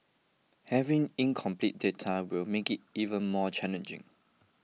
having incomplete data will make it even more challenging